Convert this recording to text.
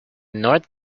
north